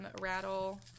rattle